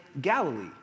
Galilee